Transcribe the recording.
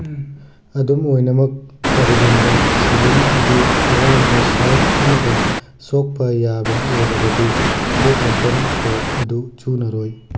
ꯑꯗꯨꯝ ꯑꯣꯏꯅꯃꯛ ꯀꯔꯤꯒꯨꯝꯕ ꯁꯦꯂꯤꯡ ꯑꯗꯨ ꯑꯋꯥꯡꯕ ꯁꯥꯔꯞ ꯑꯃꯗ ꯁꯣꯛꯄ ꯌꯥꯕ ꯑꯣꯏꯔꯕꯗꯤ ꯕꯦꯗꯃꯤꯟꯇꯟ ꯀꯣꯔꯠ ꯑꯗꯨ ꯆꯨꯅꯔꯣꯏ